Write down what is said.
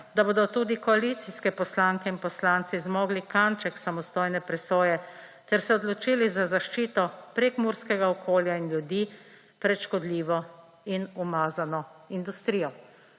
da bodo tudi koalicijski poslanke in poslanci zmogli kanček samostojne presoje ter se odločili za zaščito prekmurskega okolja in ljudi pred škodljivo in umazano industrijo.